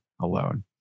alone